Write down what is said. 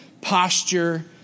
Posture